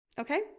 okay